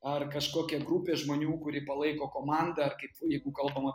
ar kažkokia grupė žmonių kuri palaiko komandą ar kaip jeigu kalbama